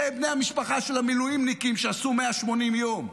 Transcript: אלה בני המשפחה של המילואימניקים, שעשו 180 יום,